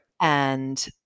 And-